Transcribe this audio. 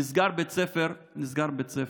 נסגר בית ספר, נסגר בית ספר.